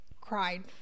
cried